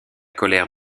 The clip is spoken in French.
colère